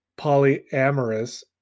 polyamorous